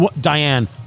Diane